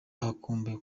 akumbuye